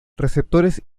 receptores